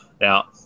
Now